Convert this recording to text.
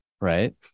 right